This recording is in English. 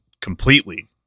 completely